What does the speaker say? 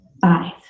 five